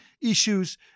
issues